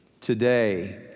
today